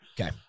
Okay